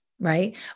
Right